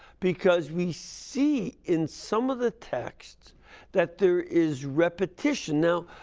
because we see in some of the texts that there is repetition. now,